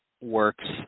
works